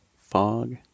Fog